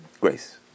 Grace